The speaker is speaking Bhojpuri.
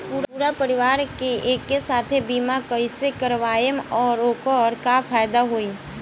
पूरा परिवार के एके साथे बीमा कईसे करवाएम और ओकर का फायदा होई?